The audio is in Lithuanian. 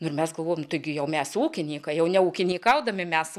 ir mes galvojom taigi jau mes ūkininkai jau ne ūkininkaudami mes